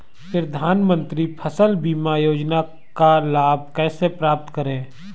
प्रधानमंत्री फसल बीमा योजना का लाभ कैसे प्राप्त करें?